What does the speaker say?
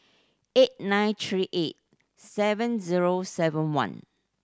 eight nine three eight seven zero seven one